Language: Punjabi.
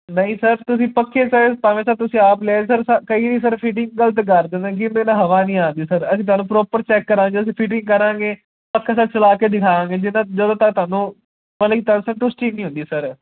ਨਹੀਂ ਸਰ ਤੁਸੀਂ ਪੱਖੇ ਸਰ ਭਾਵੇਂ ਤਾਂ ਤੁਸੀਂ ਆਪ ਲੈ ਆਇਓ ਸਰ ਕਈ ਸਰ ਫੀਟਿੰਗ ਗਲਤ ਕਰ ਦਿੰਦੇ ਕਈ ਵਰੀ ਹਵਾ ਨਹੀਂ ਆਉਦੀ ਸਰ ਅਸੀਂ ਤੁਹਾਨੂੰ ਪ੍ਰੋਪਰ ਚੈੱਕ ਕਰਾਂਗੇ ਅਸੀਂ ਫਿਟਿੰਗ ਕਰਾਂਗੇ ਪੱਖਾ ਸਰ ਚਲਾ ਕੇ ਦਿਖਾਵਾਂਗੇ ਜੇ ਤਾਂ ਜਦੋਂ ਤੱਕ ਤੁਹਾਨੂੰ ਮਤਲਬ ਕਿ ਸੰਤੁਸ਼ਟੀ ਨਹੀਂ ਹੁੰਦੀ ਸਰ